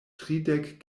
tridek